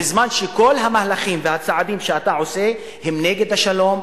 בזמן שכל המהלכים והצעדים שאתה עושה הם נגד השלום,